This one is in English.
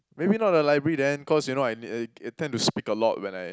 maybe not the library then cause you know I need I I tend to speak a lot when I